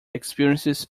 experiences